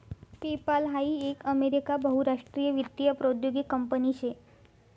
PayPal हाई एक America बहुराष्ट्रीय वित्तीय प्रौद्योगीक कंपनी शे